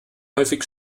häufig